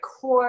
core